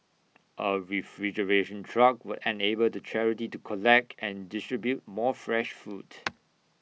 A refrigeration truck will enable to charity to collect and distribute more fresh food